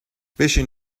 بشین